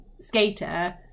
skater